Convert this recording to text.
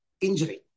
injury